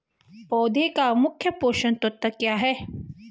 पौधें का मुख्य पोषक तत्व क्या है?